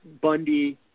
Bundy